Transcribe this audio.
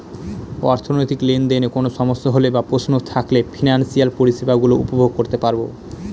অর্থনৈতিক লেনদেনে কোন সমস্যা হলে বা প্রশ্ন থাকলে ফিনান্সিয়াল পরিষেবা গুলো উপভোগ করতে পারবো